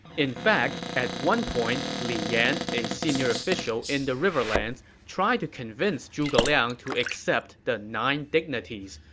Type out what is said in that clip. in fact, at one point, li yan, a senior official in the riverlands, tried to convince zhuge liang to accept the nine dignities,